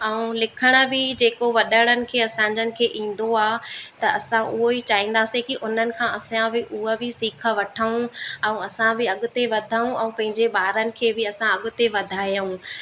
ऐं लिखण बि जेको वॾणनि खे असां जनि खे ईंदो आहे त असां उहो ई चाहींदासीं कि उन्हनि खां असां बि उहा बि सिखी वठूं ऐं असां बि अॻिते वधूं ऐं पंहिंजे ॿारनि खे बि असां अॻिते वधायूं